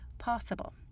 possible